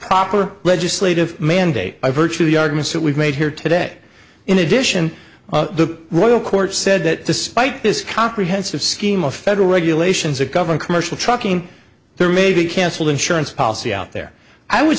proper legislative mandate by virtue of the arguments that we've made here today in addition to the royal court said that despite this comprehensive scheme of federal regulations that govern commercial trucking there may be canceled insurance policy out there i would